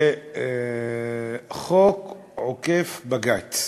זה חוק עוקף-בג"ץ.